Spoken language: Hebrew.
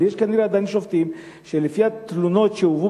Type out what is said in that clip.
אבל יש עדיין כנראה שופטים שלפי התלונות שהובאו